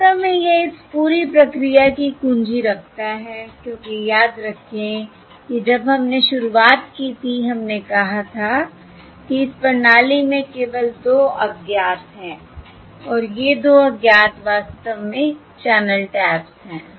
वास्तव में यह इस पूरी प्रक्रिया की कुंजी रखता है क्योंकि याद रखें कि जब हमने शुरुआत की थी हमने कहा था कि इस प्रणाली में केवल 2 अज्ञात हैं और ये 2 अज्ञात वास्तव में चैनल टैप्स हैं